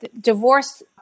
divorce